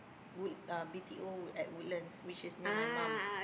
wood~ uh B_T_O at Woodlands which is near my mum